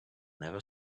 never